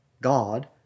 God